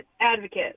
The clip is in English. advocate